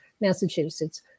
Massachusetts